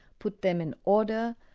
put them in order,